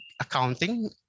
accounting